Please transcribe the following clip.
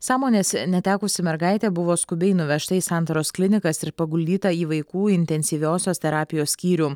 sąmonės netekusi mergaitė buvo skubiai nuvežta į santaros klinikas ir paguldyta į vaikų intensyviosios terapijos skyrių